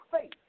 faith